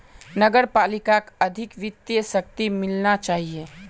नगर पालिकाक अधिक वित्तीय शक्ति मिलना चाहिए